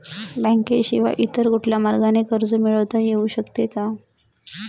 बँकेशिवाय इतर कुठल्या मार्गाने कर्ज मिळविता येऊ शकते का?